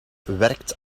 werkt